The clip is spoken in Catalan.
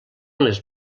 les